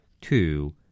two